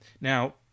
now